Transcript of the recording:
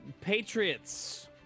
Patriots